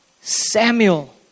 Samuel